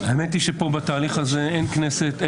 יש פה עוד אנשים שביקשו